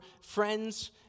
friends